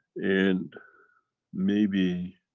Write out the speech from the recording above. and maybe